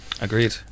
Agreed